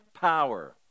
power